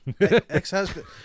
Ex-husband